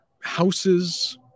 houses